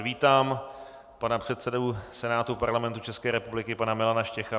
Vítám zde pana předsedu Senátu Parlamentu České republiky pana Milana Štěcha.